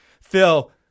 Phil